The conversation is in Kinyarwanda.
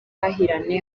buhahirane